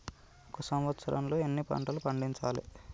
ఒక సంవత్సరంలో ఎన్ని పంటలు పండించాలే?